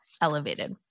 elevated